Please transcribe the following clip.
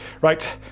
Right